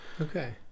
Okay